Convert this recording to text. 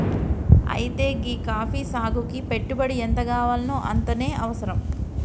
అయితే గీ కాఫీ సాగుకి పెట్టుబడి ఎంతగావాల్నో అంతనే అవసరం